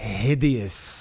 hideous